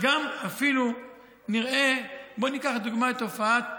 אפילו נראה, בואי ניקח לדוגמה את תופעת הקנאביס,